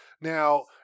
Now